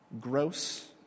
gross